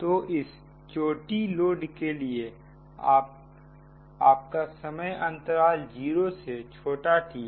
तो इस peak load के लिए आपका समय अंतराल 0 से छोटा t है